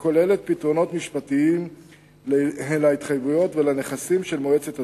הכוללת פתרונות משפטיים להתחייבויות ולנכסים של מועצת הזית,